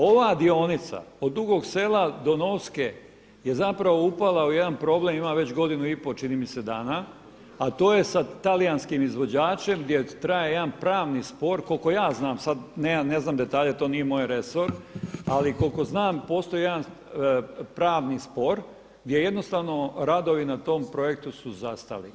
Ova dionica od Dugog Sela do Novske je zapravo upala u jedan problem, ima već godinu i pol čini mi se dana, a to je sa talijanskim izvođačem gdje traje jedan pravni spor koliko ja znam, sad ne znam detalje to nije moj resor, ali koliko znam postoji jedan pravni spor gdje jednostavno radovi na tom projektu su zastali.